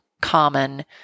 common